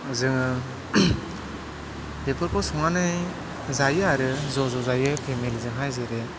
जोंङो बेफोरखौ संनानै जायो आरो ज'ज' जायो फेमेलिजोंहाय जेरै